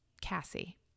Cassie